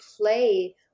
play